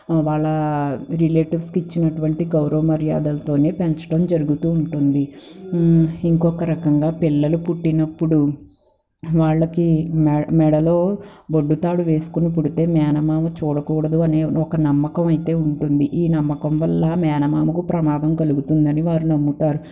వాళ్ళ రిలేటివ్స్కి ఇచ్చినటువంటి గౌరవ మర్యాదలతోనే పెంచడం జరుగుతూ ఉంటుంది ఇంకొకరకంగా పిల్లలు పుట్టినప్పుడు వాళ్ళకి మె మెడలో బొడ్డుతాడు వేసుకుని పుడితే మేనమామ చూడకూడదు అని ఒక నమ్మకం అయితే ఉంటుంది ఈ నమ్మకం వల్ల మేనమామకు ప్రమాదం కలుగుతుందని వారు నమ్ముతారు